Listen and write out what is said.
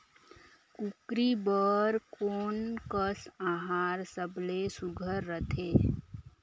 कूकरी बर कोन कस आहार सबले सुघ्घर रथे?